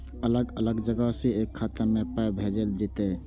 अलग अलग जगह से एक खाता मे पाय भैजल जेततै?